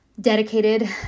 dedicated